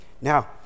Now